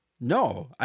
No